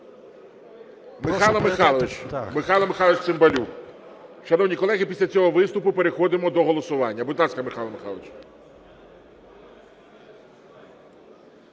Михайло Михайлович Цимбалюк. Шановні колеги, після цього виступу переходимо до голосування. Будь ласка, Михайло Михайлович.